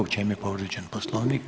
U čem je povrijeđen Poslovnik?